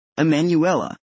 Emanuela